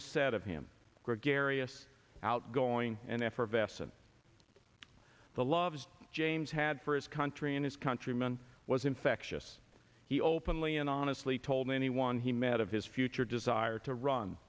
said of him gregarious outgoing and effervescent the loves james had for his country and his countrymen was infectious he openly and honestly told anyone he met his future desire to run